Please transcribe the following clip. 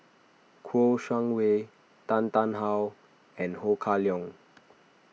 Kouo Shang Wei Tan Tarn How and Ho Kah Leong